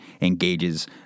engages